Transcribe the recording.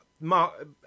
Mark